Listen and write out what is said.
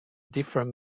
different